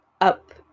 up